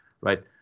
right